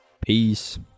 Peace